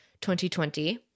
2020